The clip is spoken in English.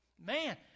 Man